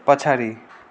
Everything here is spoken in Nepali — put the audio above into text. पछाडि